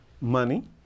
money